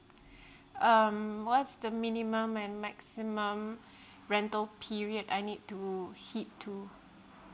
um what's the minimum and maximum rental period I need to hit to